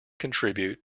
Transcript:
contribute